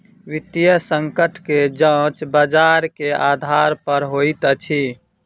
वित्तीय संकट के जांच बजार के आधार पर होइत अछि